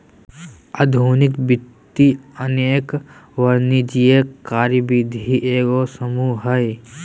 आधुनिक वित्त अनेक वाणिज्यिक कार्यविधि के एगो समूह हइ